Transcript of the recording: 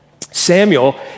Samuel